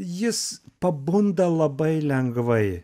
jis pabunda labai lengvai